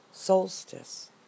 Solstice